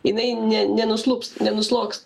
jinai ne nenuslūgs nenuslogs